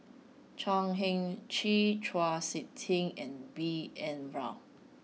Chan Heng Chee Chau Sik Ting and B N Rao